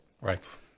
right